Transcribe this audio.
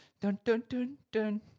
dun-dun-dun-dun